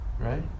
right